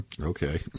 Okay